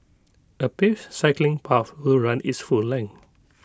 A paved cycling path will run its full length